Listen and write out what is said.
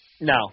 No